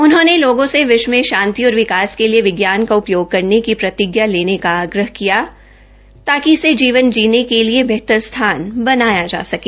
उन्होंने लोगों से विश्व में शांति और विकास के लिए विज्ञान का उपयोग करने की प्रतिज्ञा लेने का आग्रह किया ताकि इसे जीवन जीने के लिए बेहतर स्थान जा सके